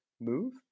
move